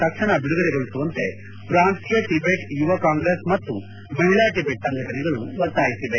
ತಕ್ಷಣ ಬಿಡುಗಡೆಗೊಳಿಸುವಂತೆ ಪ್ರಾಂತೀಯ ಟಿಬೆಟ್ ಯುವ ಕಾಂಗ್ರೆಸ್ ಮತ್ತು ಮಹಿಳಾ ಟಿಬೆಟ್ ಸಂಘಟನೆಗಳು ಒತ್ತಾಯಿಸಿದೆ